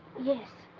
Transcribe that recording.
yes.